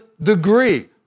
Degree